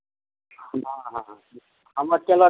हँ हँ हमर चलत